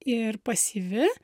ir pasyvi